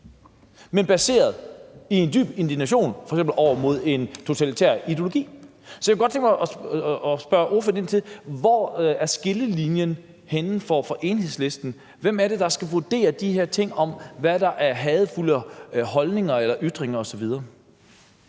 baseret på en dyb indignation over f.eks. en totalitær ideologi. Så jeg kunne godt tænke mig spørge ordføreren: Hvor er skillelinjen for Enhedslisten? Hvem er det, der skal vurdere de her ting om, hvad der er hadefulde holdninger eller ytringer osv.?